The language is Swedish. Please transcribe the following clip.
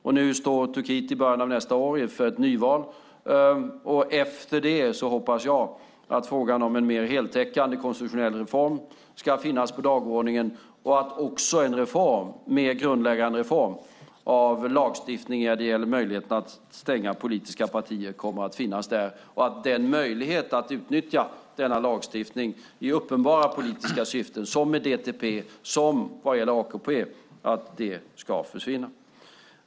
Turkiet står i början av nästa år inför ett nyval, och efter det hoppas jag att frågan om en mer heltäckande konstitutionell reform ska finnas på dagordningen och att också en mer grundläggande reform av lagstiftningen när det gäller möjligheten att stänga politiska partier kommer att finnas där. Jag hoppas att möjligheten att utnyttja denna lagstiftning i uppenbara politiska syften, som med DTP och AKP, ska försvinna.